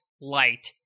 light